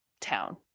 town